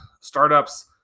startups